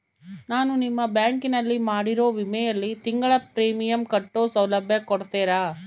ನಾನು ನಿಮ್ಮ ಬ್ಯಾಂಕಿನಲ್ಲಿ ಮಾಡಿರೋ ವಿಮೆಯಲ್ಲಿ ತಿಂಗಳ ಪ್ರೇಮಿಯಂ ಕಟ್ಟೋ ಸೌಲಭ್ಯ ಕೊಡ್ತೇರಾ?